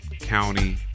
County